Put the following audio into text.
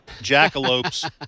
jackalopes